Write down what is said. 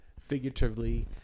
figuratively